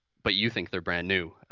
but you think they're brand new,